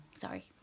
Sorry